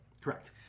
Correct